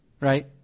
right